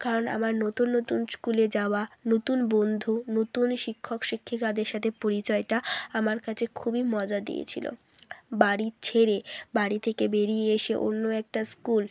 কারণ আমার নতুন নতুন স্কুলে যাওয়া নতুন বন্ধু নতুন শিক্ষক শিক্ষিকাদের সাথে পরিচয়টা আমার কাছে খুবই মজা দিয়েছিলো বাড়ি ছেড়ে বাড়ি থেকে বেড়িয়ে এসে অন্য একটা স্কুল